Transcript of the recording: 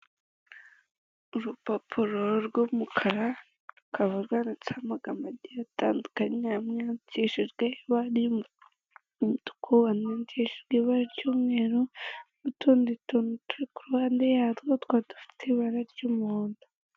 Urupapuro rw'umukara rukaba rwanditseho amagambo agiye atandukanye harimo ayandikishijwe ibara ry'umutuku, ayandikishijwe ibara ry'umweru n'utundi tuntu turi ku ruhande yatwo tukaba dufite ibara ry'umuhondo.